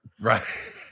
Right